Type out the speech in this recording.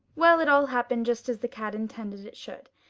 well, it all happened just as the cat intended it should,